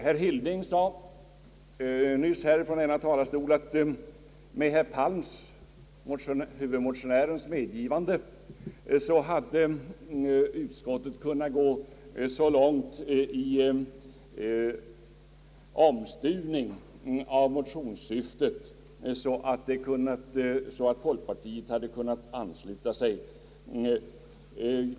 Herr Hilding sade nyss från denna talarstol att med herr Palms, huvudmotionärens, medgivande har utskottet gått så långt i omstuvning av motionens syfte att folkpartiet kunnat ansluta sig.